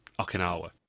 Okinawa